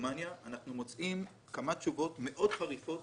בגרמניה אנחנו מוצאים כמה תשובות מאוד חריפות